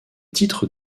titre